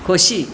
खोशी